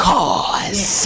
Cause